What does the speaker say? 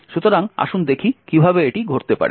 সুতরাং আসুন দেখি কিভাবে এটি ঘটতে পারে